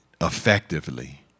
effectively